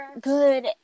Good